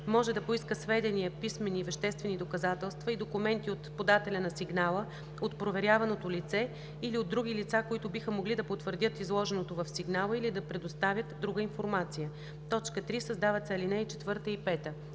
може да поиска сведения, писмени и веществени доказателства и документи от подателя на сигнала, от проверяваното лице или от други лица, които биха могли да потвърдят изложеното в сигнала или да предоставят друга информация.“ 3. Създават се ал. 4 и 5: